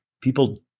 people